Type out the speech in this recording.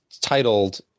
titled